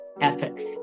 ethics